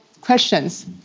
questions